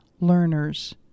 learners